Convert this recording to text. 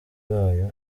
bayo